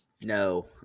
No